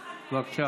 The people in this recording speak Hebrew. בבקשה,